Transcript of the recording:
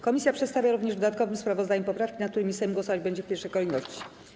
Komisja przedstawia również w dodatkowym sprawozdaniu poprawki, nad którymi Sejm głosować będzie w pierwszej kolejności.